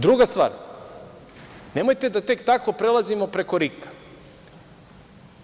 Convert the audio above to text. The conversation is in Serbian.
Drugo, nemojte da tek tako prelazimo preko RIK-a.